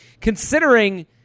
considering